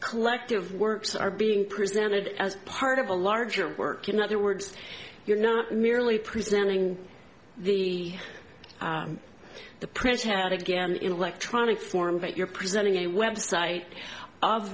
collective works are being presented as part of a larger work in other words you're not merely presenting the the press had again in electronic form but you're presenting a web site of